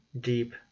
deep